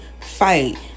fight